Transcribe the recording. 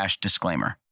disclaimer